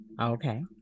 Okay